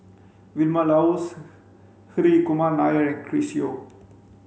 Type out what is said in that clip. Vilma Laus Hri Kumar Nair and Chris Yeo